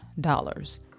dollars